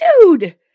Dude